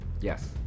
Yes